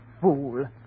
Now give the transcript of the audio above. fool